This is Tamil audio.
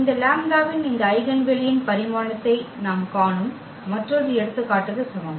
இந்த லாம்ப்டாவின் இந்த ஐகென் வெளியின் பரிமாணத்தை நாம் காணும் மற்றொரு எடுத்துக்காட்டுக்கு சமம்